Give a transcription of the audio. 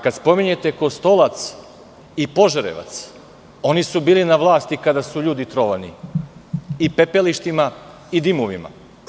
Kada spominjete Kostolac i Požarevac oni su bili na vlasti kada su ljudi trovani, i pepelištima i dimovima.